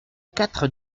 quatre